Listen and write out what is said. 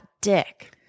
dick